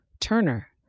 Turner